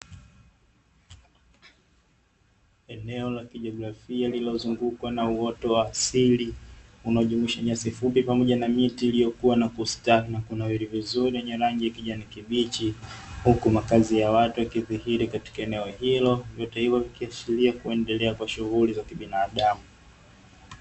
Eneo la kijiografia lililozungukwa na uoto wa asili unaojumuisha nyasi fupi pamoja na miti iliyokuwa na kustawi na kunawiri vizuri yenye rangi ya kijani kibichi, huku makazi ya watu wakidhihiri katika eneo hilo, vyote hivyo vikiashiria kuendelea kwa shughuli za kibinadamu.